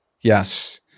Yes